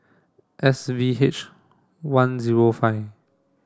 S V H one zero five